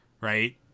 right